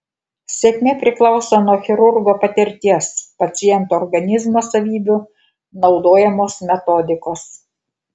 sėkmė priklauso nuo chirurgo patirties paciento organizmo savybių naudojamos metodikos